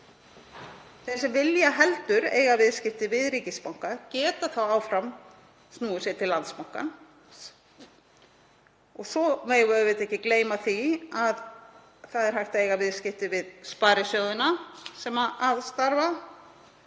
Þeir sem vilja heldur eiga viðskipti við ríkisbanka geta þá áfram snúið sér til Landsbankans. Svo megum við auðvitað ekki gleyma því að hægt er að eiga viðskipti við sparisjóðina sem starfa